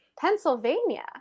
Pennsylvania